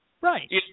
Right